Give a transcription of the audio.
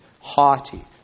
haughty